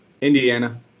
Indiana